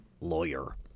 lawyer